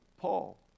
Paul